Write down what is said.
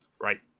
right